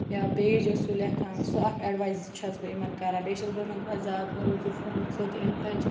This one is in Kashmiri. یا پیج ٲسِو لیکھان سُہ اَکھ ایڈوایز چھَس بہٕ یِمَن کَران بیٚیہِ چھَس بہٕ یِمَن دَپان زیادٕ مہ روٗزٕو فونَس سۭتۍ اِن ٹَچ